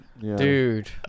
dude